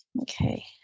Okay